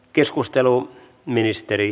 arvoisa puhemies